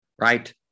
right